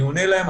אני עונה להן,